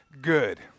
good